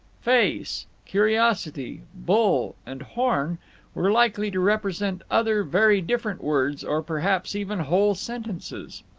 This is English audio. face, curiosity, bull and horn were likely to represent other very different words, or perhaps even whole sentences.